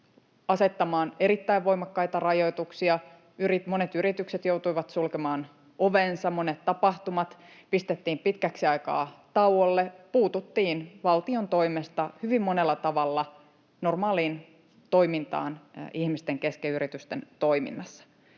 asettamaan erittäin voimakkaita rajoituksia, monet yritykset joutuivat sulkemaan ovensa, monet tapahtumat pistettiin pitkäksi aikaa tauolle, puututtiin valtion toimesta hyvin monella tavalla normaaliin toimintaan ihmisten kesken ja yritysten toiminnassa.